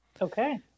Okay